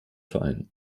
verein